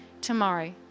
tomorrow